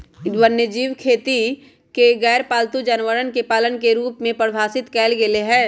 वन्यजीव खेती के गैरपालतू जानवरवन के पालन के रूप में परिभाषित कइल गैले है